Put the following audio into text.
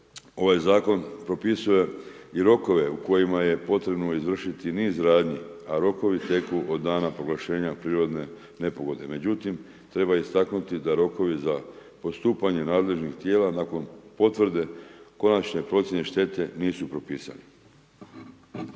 ovaj zakon propisuje i rokove u kojima je potrebno izvršiti i niz radnji a rokovi teku od dana proglašenja prirodne nepogode. Međutim, treba istaknuti da rokovi za postupanje nadležnih tijela nakon potvrde konačne procjene štete nisu propisane.